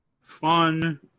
fun